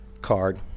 card